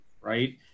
right